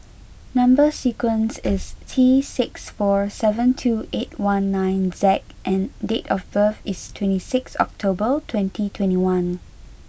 number sequence is T six four seven two eight one nine Z and date of birth is twenty six October twenty twenty one